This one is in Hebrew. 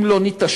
אם לא נתעשת,